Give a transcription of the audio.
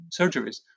surgeries